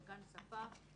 בגן שפה,